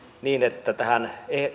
niin että tähän